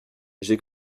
j’ai